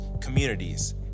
communities